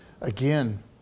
again